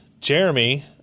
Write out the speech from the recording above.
Jeremy